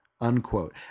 unquote